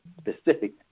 specific